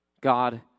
God